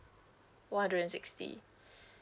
one hundred and sixty